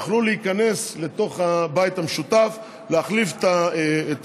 יוכלו להיכנס לתוך הבית המשותף, להחליף את